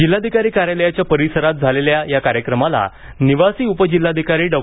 जिल्हाधिकारी कार्यालयाच्या परिसरात झालेल्या या कार्यक्रमास निवासी उपजिल्हाधिकारी डॉ